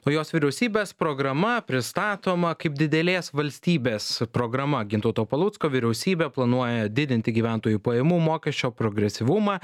o jos vyriausybės programa pristatoma kaip didelės valstybės programa gintauto palucko vyriausybė planuoja didinti gyventojų pajamų mokesčio progresyvumą